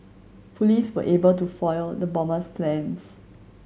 police were able to foil the bomber's plans